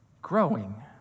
growing